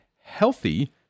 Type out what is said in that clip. healthy